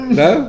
no